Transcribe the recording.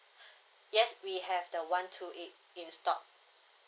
yes we have the one two eight in stock